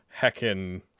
heckin